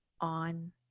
on